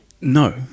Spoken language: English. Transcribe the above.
no